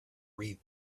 read